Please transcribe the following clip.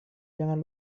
jangan